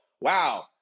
wow